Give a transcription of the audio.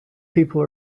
people